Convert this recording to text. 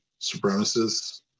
supremacists